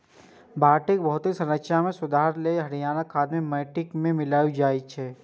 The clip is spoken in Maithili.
माटिक भौतिक संरचना मे सुधार लेल हरियर खाद कें माटि मे मिलाएल जाइ छै